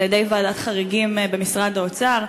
על-ידי ועדת חריגים במשרד האוצר.